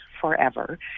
forever